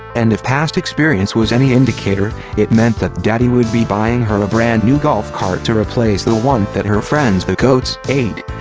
and if past experience was any indicator, it meant that daddy would be buying her a brand new golf cart to replace the one that her friends the goats, ate.